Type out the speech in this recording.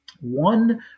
One